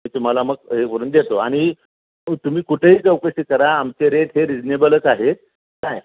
मी तुम्हाला मग हे करून देतो आणि तुम्ही कुठेही चौकशी करा आमचे रेट हे रिजनेबलच आहेत काय